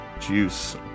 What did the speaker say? juice